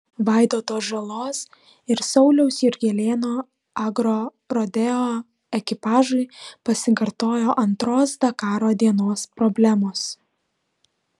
vaidoto žalos ir sauliaus jurgelėno agrorodeo ekipažui pasikartojo antros dakaro dienos problemos